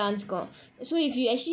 okay